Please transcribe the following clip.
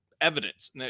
evidence